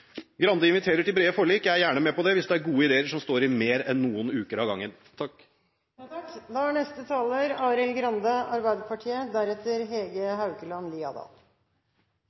Grande inviterer til brede forlik. Jeg er gjerne med på det hvis det er gode ideer som står i mer enn noen uker av gangen.